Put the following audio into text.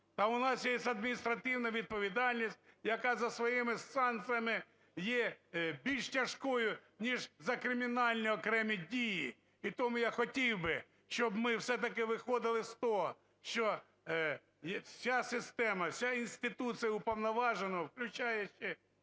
Та у нас є адміністративна відповідальність, яка за своїми санкціями є більш тяжкою, ніж за кримінальні окремі дії. І тому я хотів би, щоб ми все-таки виходили з того, що вся система, вся інституція уповноваженого, включаючи